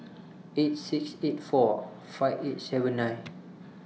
eight six eight four five eight seven nine